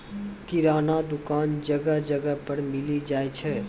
किराना दुकान जगह जगह पर मिली जाय छै